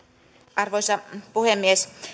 arvoisa puhemies